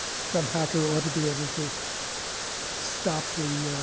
some hacker ought to be able to stop the